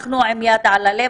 אנחנו עם יד על הלב,